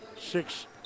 six